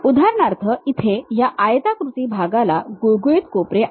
उदाहरणार्थ इथे ह्या आयताकृती भागाला गुळगुळीत कोपरे आहेत